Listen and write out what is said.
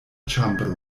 ĉambro